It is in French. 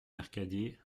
mercadier